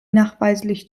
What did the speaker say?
nachweislich